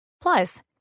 Plus